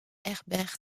herbert